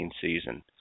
season